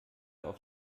auf